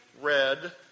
Red